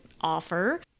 offer